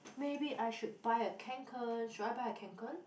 maybe I should buy a Kanken should I buy a Kanken